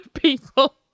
people